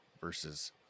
versus